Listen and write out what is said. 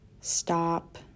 stop